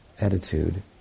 attitude